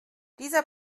dieser